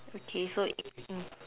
okay so mm